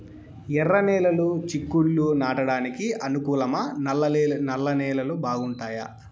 ఎర్రనేలలు చిక్కుళ్లు నాటడానికి అనుకూలమా నల్ల నేలలు బాగుంటాయా